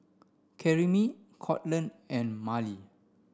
Karyme Courtland and Marlie